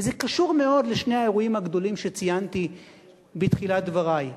וזה קשור מאוד לשני האירועים הגדולים שציינתי בתחילת דברי.